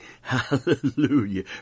Hallelujah